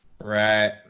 Right